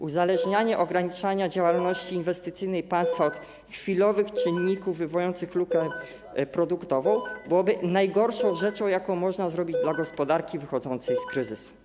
Uzależnianie ograniczenia działalności inwestycyjnej państwa od chwilowych czynników wywołujących lukę produktową byłoby najgorszą rzeczą, jaką można zrobić dla gospodarki wychodzącej z kryzysu.